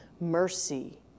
mercy